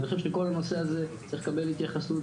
אני חושב שכל הנושא הזה צריך לקבל התייחסות,